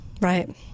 right